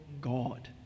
God